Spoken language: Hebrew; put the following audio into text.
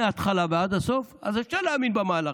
מההתחלה ועד הסוף, אז אפשר להאמין במהלכים,